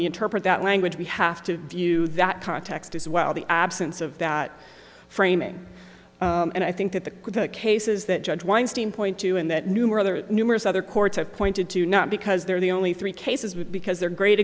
we interpret that language we have to view that context as well the absence of that framing and i think that the cases that judge weinstein point to and that new or other numerous other courts have pointed to not because they're the only three cases with because they're great